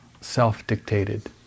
self-dictated